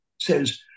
says